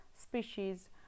species